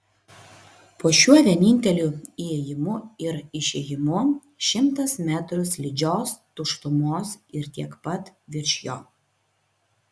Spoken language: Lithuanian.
po šiuo vieninteliu įėjimu ir išėjimu šimtas metrų slidžios tuštumos ir tiek pat virš jo